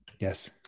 Yes